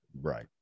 Right